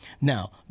Now